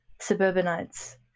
suburbanites